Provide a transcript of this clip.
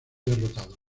derrotado